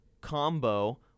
Combo